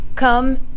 come